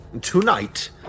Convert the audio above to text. Tonight